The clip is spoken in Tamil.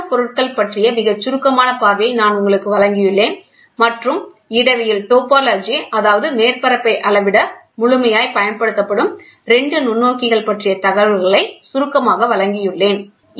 நானோ பொருட்கள்பற்றிய மிகச் சுருக்கமான பார்வையை நான் உங்களுக்கு வழங்கியுள்ளேன் மற்றும் இடவியல் அதாவது மேற்பரப்பை அளவிட முழுமையாய் பயன்படுத்தப்படும் 2 நுண்ணோக்கிகள் பற்றிய தகவல்களை சுருக்கமாக வழங்கியுள்ளேன்